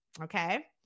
Okay